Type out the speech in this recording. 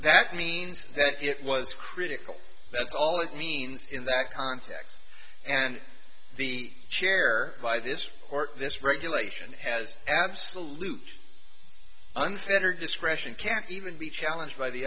that means that it was critical that's all it means in that context and the chair by this court this regulation has absolute unfettered discretion can't even be challenged by the